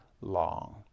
long